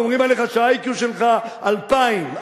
אומרים עליך שה-IQ שלך 2,000,